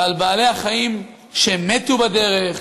ובעלי-החיים שמתו בדרך,